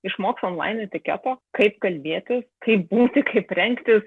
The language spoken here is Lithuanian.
išmoks online etiketo kaip kalbėti kaip būti kaip rengtis